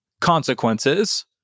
consequences